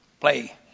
play